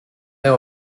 aire